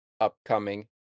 upcoming